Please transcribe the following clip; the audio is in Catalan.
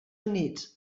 units